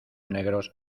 negros